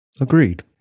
Agreed